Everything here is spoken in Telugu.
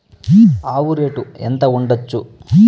ఆవు రేటు ఎంత ఉండచ్చు?